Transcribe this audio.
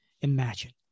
Imagine